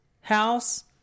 house